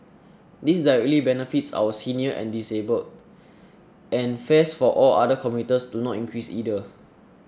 this directly benefits our seniors and disabled and fares for all other commuters do not increase either